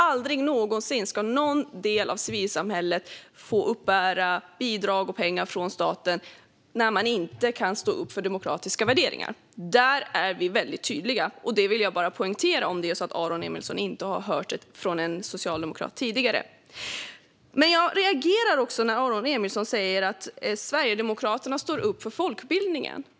Aldrig någonsin ska någon del av civilsamhället få uppbära bidrag och pengar från staten när man inte kan stå upp för demokratiska värderingar. Där är vi tydliga, och det vill jag bara poängtera om det är så att Aron Emilsson inte har hört det från en socialdemokrat tidigare. Jag reagerar när Aron Emilsson säger att Sverigedemokraterna står upp för folkbildningen.